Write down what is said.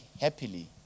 happily